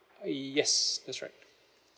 yes that's right